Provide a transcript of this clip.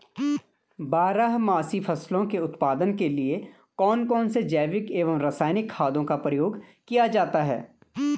बारहमासी फसलों के उत्पादन के लिए कौन कौन से जैविक एवं रासायनिक खादों का प्रयोग किया जाता है?